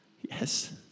yes